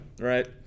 right